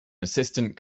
assistant